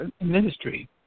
ministry